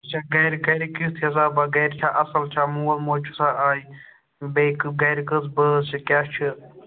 یہِ چھا گَرِگَرِ کٮُ۪تھ حِسابا گَرِ چھا اَصٕل چھا مول موج چھُسا آ یہِ بیٚیہِ گَرِ کٔژ بٲژھ چھِ کیٛاہ چھِ